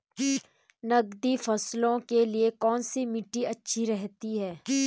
नकदी फसलों के लिए कौन सी मिट्टी अच्छी रहती है?